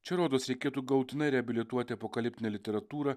čia rodos reikėtų galutinai reabilituoti apokaliptinę literatūrą